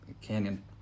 canyon